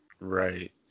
Right